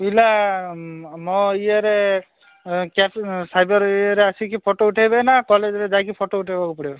ପିଲା ମୋ ଇଏରେ କ୍ୟା ସାଇବର ଇଏରେ ଆସିକି ଫଟୋ ଉଠେଇବେ ନା କଲେଜରେ ଯାଇକି ଫଟୋ ଉଠେଇବାକୁ ପଡ଼ିବ